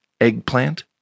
Eggplant